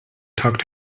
tucked